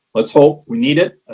let's hope we need it.